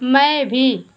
मैं भी